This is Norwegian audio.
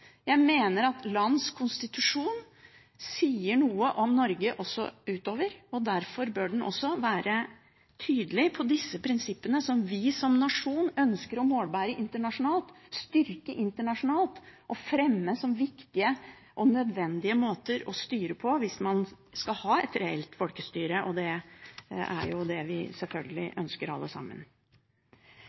Jeg mener at vårt lands konstitusjon sier noe om Norge også utover landets grenser, og derfor bør den også være tydelig på disse prinsippene som vi som nasjon ønsker å målbære internasjonalt, styrke internasjonalt, og fremme som viktige og nødvendige måter å styre på hvis man skal ha et reelt folkestyre, og det er selvfølgelig det vi ønsker alle sammen.